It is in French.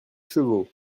chevaux